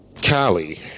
Cali